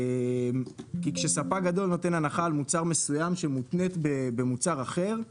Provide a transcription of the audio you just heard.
כי כשספק גדול נותן הנחה על מוצר מסוים שמותנית במוצר אחר,